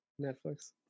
Netflix